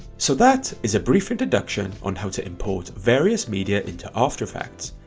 so that is a brief introduction on how to import various media into after effects,